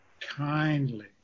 kindly